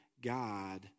God